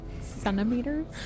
Centimeters